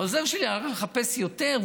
העוזר שלי הלך לחפש יותר,